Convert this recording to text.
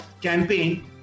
campaign